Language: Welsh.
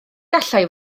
gallai